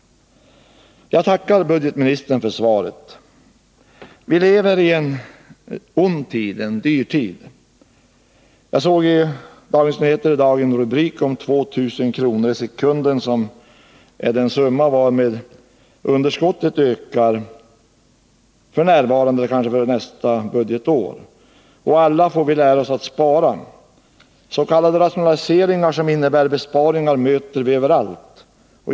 Jag tackar budgetministern för svaret. Vilever i en ond tid — en dyr tid. Jag såg i Dagens Nyheter i dag en rubrik som talade om 2 000 kr. i sekunden, vilket är den summa varmed underskottet ökar f. n. och kanske under nästa budgetår. Alla får vi lära oss att spara. S.k. rationaliseringar som innebär besparingar möter vi överallt.